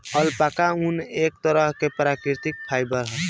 alpaca ऊन, एक तरह के प्राकृतिक फाइबर ह